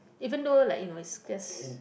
even though like you know is just